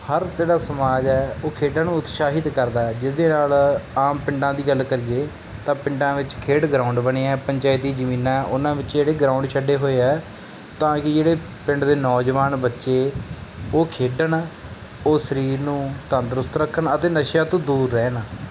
ਹਰ ਜਿਹੜਾ ਸਮਾਜ ਹੈ ਉਹ ਖੇਡਾਂ ਨੂੰ ਉਤਸ਼ਾਹਿਤ ਕਰਦਾ ਹੈ ਜਿਸਦੇ ਨਾਲ ਆਮ ਪਿੰਡਾਂ ਦੀ ਗੱਲ ਕਰੀਏ ਤਾਂ ਪਿੰਡਾਂ ਵਿੱਚ ਖੇਡ ਗਰਾਊਂਡ ਬਣਿਆ ਪੰਚਾਇਤੀ ਜ਼ਮੀਨਾਂ ਆ ਉਹਨਾਂ ਵਿੱਚ ਜਿਹੜੇ ਗਰਾਊਂਡ ਛੱਡੇ ਹੋਏ ਆ ਤਾਂ ਕਿ ਜਿਹੜੇ ਪਿੰਡ ਦੇ ਨੌਜਵਾਨ ਬੱਚੇ ਉਹ ਖੇਡਣ ਉਹ ਸਰੀਰ ਨੂੰ ਤੰਦਰੁਸਤ ਰੱਖਣ ਅਤੇ ਨਸ਼ਿਆਂ ਤੋਂ ਦੂਰ ਰਹਿਣ